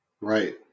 Right